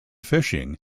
fishing